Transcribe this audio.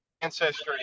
Ancestry